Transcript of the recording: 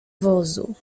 wozu